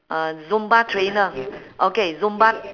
uh zumba trainer okay zumba